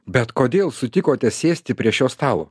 bet kodėl sutikote sėsti prie šio stalo